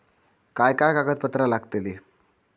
काय काय कागदपत्रा लागतील?